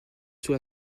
sous